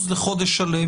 מכובדיי כולם,